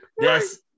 Yes